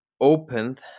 opened